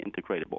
integratable